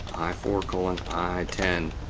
i four colon i ten